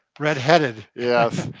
red-headed. yes.